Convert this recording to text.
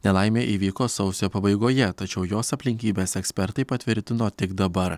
nelaimė įvyko sausio pabaigoje tačiau jos aplinkybes ekspertai patvirtino tik dabar